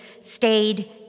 stayed